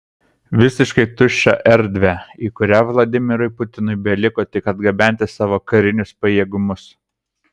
visiškai tuščią erdvę į kurią vladimirui putinui beliko tik atgabenti savo karinius pajėgumus